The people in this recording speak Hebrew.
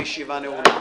הישיבה נעולה.